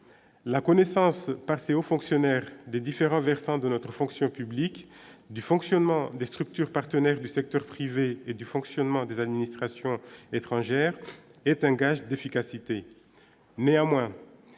la connaissance passer aux fonctionnaires des différents versants de notre fonction publique du fonctionnement des structures partenaires du secteur privé et du fonctionnement des administrations étrangères est un gage d'efficacité, néanmoins,